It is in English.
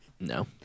No